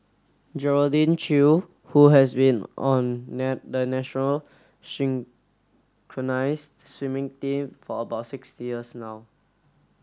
Geraldine Chew who has been on the national synchronised swimming team for about sixty years now